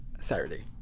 Saturday